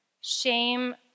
Shame